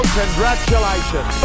congratulations